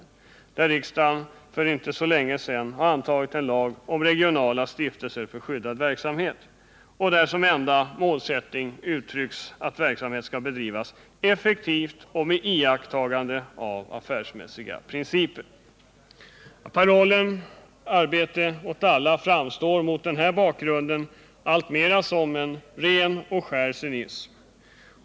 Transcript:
Ändå har riksdagen nyligen antagit en lag om regionala stiftelser för skyddad verksamhet, där såsom enda målsättning uttrycks att verksamheten skall bedrivas effektivt och med iakttagande av affärsmässiga principer. Parollen arbete åt alla framstår mot denna bakgrund alltmer som en ren och skär cynism.